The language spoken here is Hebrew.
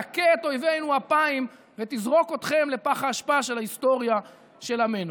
תכה את אויבנו אפיים ותזרוק אתכם לפח האשפה של ההיסטוריה של עמנו.